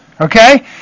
Okay